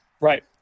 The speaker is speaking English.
Right